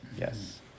Yes